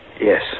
Yes